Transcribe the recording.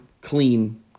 clean